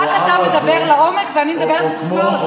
רק אתה מדבר לעומק ואני מדברת בסיסמאות?